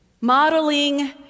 Modeling